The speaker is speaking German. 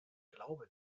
glaube